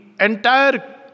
entire